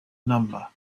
number